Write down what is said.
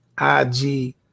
IG